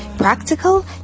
Practical